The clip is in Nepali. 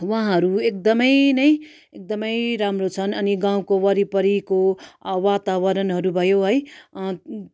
उहाँहरू एकदमै नै एकदमै राम्रो छन् अनि गाउँको वरिपरिको वातावरणहरू भयो है